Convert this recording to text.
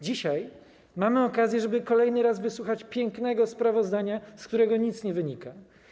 Dzisiaj mamy okazję, żeby kolejny raz wysłuchać pięknego sprawozdania, z którego nic nie wynika.